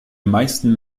meisten